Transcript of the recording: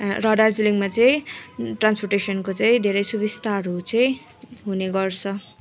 र दार्जिलिङमा चाहिँ ट्रान्सपोर्टेसनको चाहिँ धेरै सुविस्ताहरू चाहिँ हुने गर्छ